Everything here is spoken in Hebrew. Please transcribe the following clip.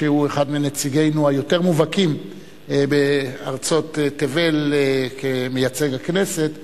שהוא אחד מנציגינו היותר מובהקים בארצות תבל כמייצג את הכנסת.